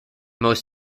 most